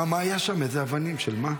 מה היה שם, איזה אבנים, של מה?